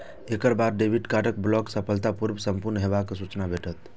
एकर बाद debit card block सफलतापूर्व संपन्न हेबाक सूचना भेटत